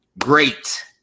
great